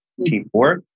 T4